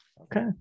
Okay